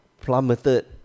plummeted